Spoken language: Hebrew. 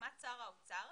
בהסכמת שר האוצר,